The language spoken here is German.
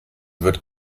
wird